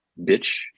bitch